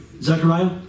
Zechariah